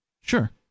Sure